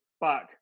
back